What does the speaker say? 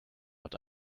but